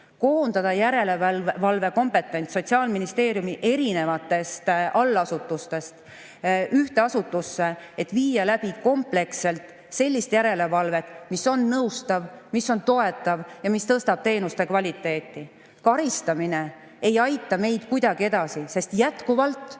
koondada järelevalvekompetents Sotsiaalministeeriumi erinevatest allasutustest ühte asutusse, et viia kompleksselt läbi sellist järelevalvet, mis on nõustav, mis on toetav ja mis tõstab teenuste kvaliteeti. Karistamine ei aita meid kuidagi edasi, sest jätkuvalt